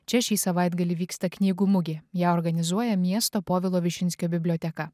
čia šį savaitgalį vyksta knygų mugė ją organizuoja miesto povilo višinskio biblioteka